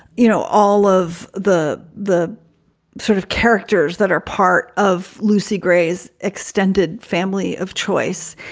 you know, all of the the sort of characters that are part of lucy gray's extended family of choice.